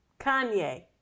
Kanye